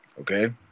Okay